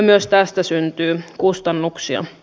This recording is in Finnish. myös tästä syntyy kustannuksia